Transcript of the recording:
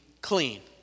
clean